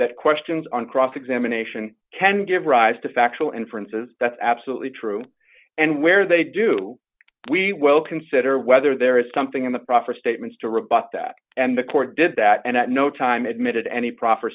that questions on cross examination can give rise to factual inference is that's absolutely true and where they do we will consider whether there something in the proffer statements to rebut that and the court did that and at no time admitted any pro